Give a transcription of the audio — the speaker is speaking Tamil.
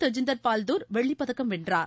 தஜிந்தர் பால் தூர் வெள்ளிப்பதக்கம் வென்றார்